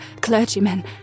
clergymen